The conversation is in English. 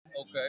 Okay